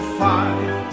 five